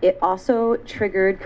it also triggered